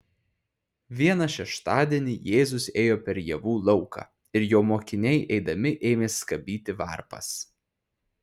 vieną šeštadienį jėzus ėjo per javų lauką ir jo mokiniai eidami ėmė skabyti varpas